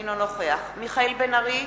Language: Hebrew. אינו נוכח מיכאל בן-ארי,